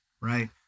right